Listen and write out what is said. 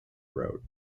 wrote